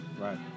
Right